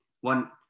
one